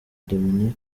dominic